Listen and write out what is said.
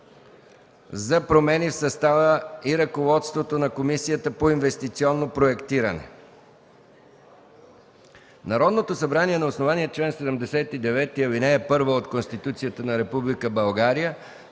за промени в състава и ръководството на Комисията по инвестиционно проектиране Народното събрание на основание чл. 79, ал. 1 от Конституцията на Република